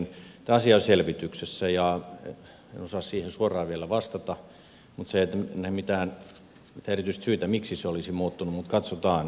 tämä asia on selvityksessä enkä osaa siihen suoraan vielä vastata mutta en näe mitään erityistä syytä miksi se olisi muuttunut mutta katsotaan